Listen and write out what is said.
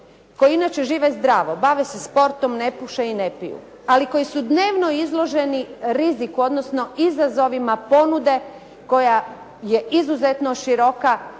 koji inače žive zdravo, bave se sportom, ne puše i ne piju ali koji su dnevno izloženi riziku odnosno izazovima ponude koja je izuzetno široka,